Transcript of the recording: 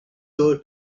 her